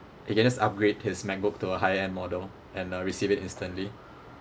he can just upgrade his macbook to a higher end model and uh receive it instantly